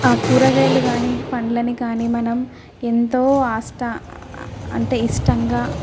ఆ కూరగాయలు కాని పండ్లని కాని మనం ఎంతో ఆస్త అంటే ఇష్టంగా